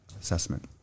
assessment